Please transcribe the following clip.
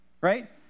right